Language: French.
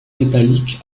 métallique